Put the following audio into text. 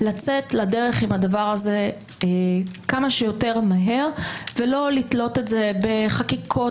לצאת לדרך עם הדבר הזה כמה שיותר מהר ולא לתלות את זה בחקיקות